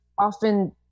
often